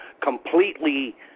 completely